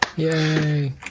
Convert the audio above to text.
Yay